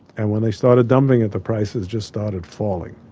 and when they started dumping it, the prices just started falling.